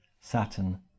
Saturn